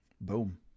boom